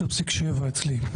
10.7 אצלי.